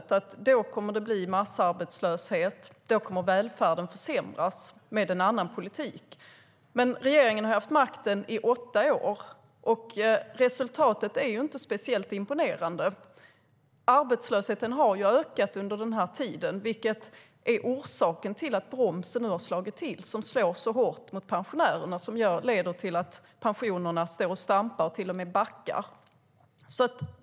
Med en annan politik kommer det att bli massarbetslöshet, och välfärden kommer att försämras. Men regeringen har haft makten i åtta år, och resultatet är inte speciellt imponerande. Arbetslösheten har ökat under denna tid. Det är orsaken till att bromsen slagit till, vilket slår hårt mot pensionärerna och leder till att pensionerna står och stampar eller till och med backar.